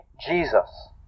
Jesus